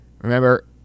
Remember